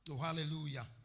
Hallelujah